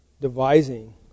devising